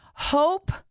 Hope